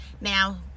now